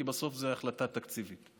כי בסוף זאת החלטה תקציבית.